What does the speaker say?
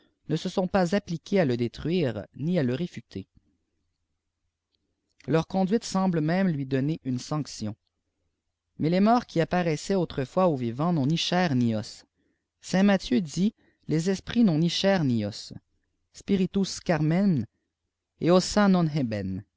ne sesot pas appkqués à le détruire ni à je réfuter leur conduite semble même lui donner une sanction mais les morts juî apparaissaient quelquefois apx vivante p'ont ni chair ni os saint mathieu dît les esprits n'ont ni chair ni os spiritus carnem